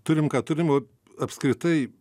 turim ką turim apskritai